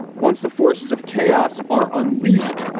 once the forces of chaos are unleashed,